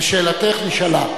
ושאלתך נשאלה.